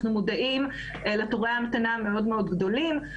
אנחנו מודעים לתורי ההמתנה המאוד גדולים.